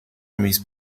mis